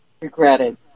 regretted